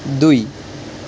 দুই